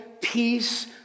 peace